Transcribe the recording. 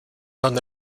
donde